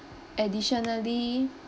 additionally